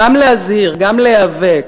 גם להזהיר, גם להיאבק.